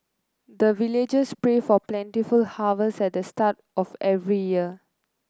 the villagers pray for plentiful harvest at the start of every year